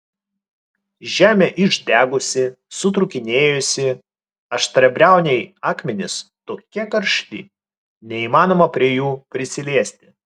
žemė išdegusi sutrūkinėjusi aštriabriauniai akmenys tokie karšti neįmanoma prie jų prisiliesti